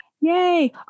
Yay